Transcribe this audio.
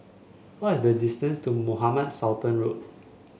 what is the distance to Mohamed Sultan Road